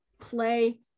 play